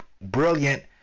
brilliant